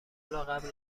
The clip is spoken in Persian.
قبل